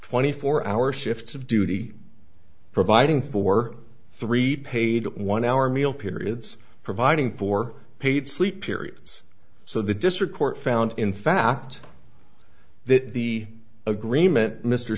twenty four hour shifts of duty providing for three paid one hour meal periods providing for paid sleep periods so the district court found in fact that the agreement mr